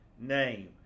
name